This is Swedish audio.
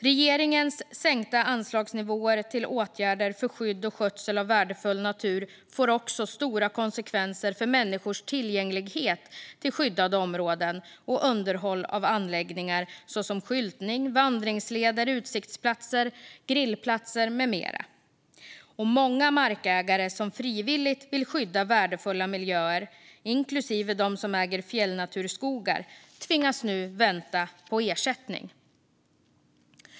Regeringens sänkta anslagsnivåer till åtgärder för skydd och skötsel av värdefull natur får också stora konsekvenser för människors tillgänglighet till skyddade områden och underhåll av anläggningar, såsom skyltning, vandringsleder, utsiktsplatser, grillplatser med mera. Och många markägare som frivilligt vill skydda värdefulla miljöer, inklusive dem som äger fjällnaturskogar, tvingas nu vänta på ersättning.